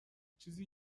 چیزی